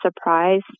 surprise